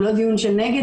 הוא לא דיון של נגד,